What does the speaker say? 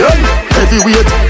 Heavyweight